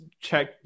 check